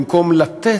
במקום לתת,